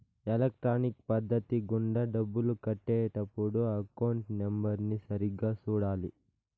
electronic పద్ధతి గుండా డబ్బులు కట్టే టప్పుడు అకౌంట్ నెంబర్ని సరిగ్గా సూడాలి